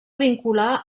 vincular